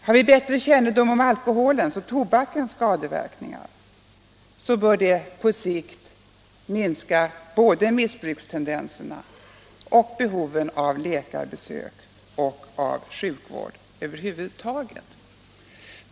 Har vi bättre kännedom om alkoholens och tobakens skadeverkningar bör det på sikt minska både missbrukstendenserna och behovet av läkarbesök och av sjukvård över huvud taget.